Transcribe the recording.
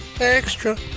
Extra